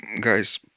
guys